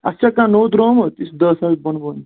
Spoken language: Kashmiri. اَسہِ چھا کانٛہہ نوٚو درٛومُت یہِ چھُ دہ ساس بۄن بۄن